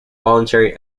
voluntary